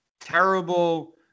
terrible